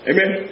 Amen